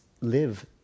live